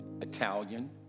Italian